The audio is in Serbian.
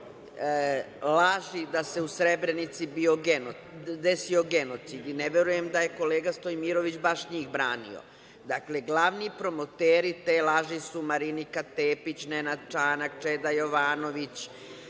laži da se u Srebrenici desio genocid i ne verujem da je kolega Stojmirović baš njih branio. Dakle, glavni promoteri te laži su Marinika Tepić, Nenad Čanak, Čeda Jovanović,